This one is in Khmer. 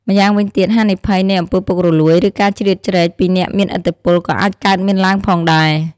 ម្យ៉ាងវិញទៀត ហានិភ័យនៃអំពើពុករលួយ ឬការជ្រៀតជ្រែកពីអ្នកមានឥទ្ធិពលក៏អាចកើតមានឡើងផងដែរ។